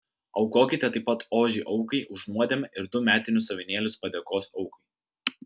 aukokite taip pat ožį aukai už nuodėmę ir du metinius avinėlius padėkos aukai